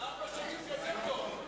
ארבע שנים זה יותר טוב.